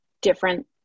different